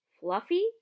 Fluffy